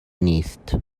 نیست